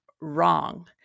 wrong